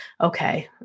okay